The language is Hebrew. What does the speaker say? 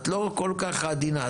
את לא כל כך עדינה,